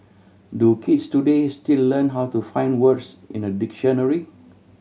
do kids today still learn how to find words in a dictionary